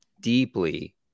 deeply